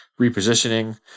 repositioning